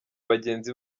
bagenzi